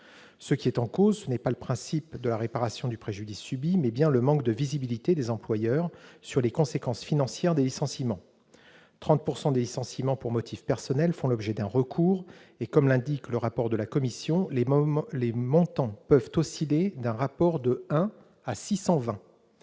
Ce qui est en cause, c'est non pas le principe de la réparation du préjudice subi, mais bien le manque de visibilité des employeurs sur les conséquences financières des licenciements. En effet, 30 % des licenciements pour motif personnel font l'objet d'un recours, et, comme l'indique le rapport de la commission, les montants peuvent osciller d'un rapport de 1 à 620